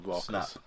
snap